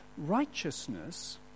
righteousness